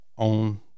On